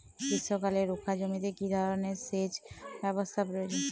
গ্রীষ্মকালে রুখা জমিতে কি ধরনের সেচ ব্যবস্থা প্রয়োজন?